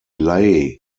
lay